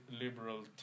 liberal